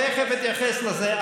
תכף אתייחס לזה.